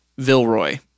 Vilroy